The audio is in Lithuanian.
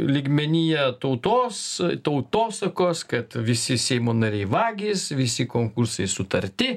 lygmenyje tautos tautosakos kad visi seimo nariai vagys visi konkursai sutarti